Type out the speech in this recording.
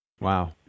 Wow